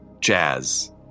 Jazz